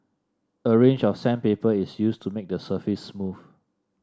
a range of sandpaper is used to make the surface smooth